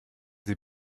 sie